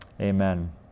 Amen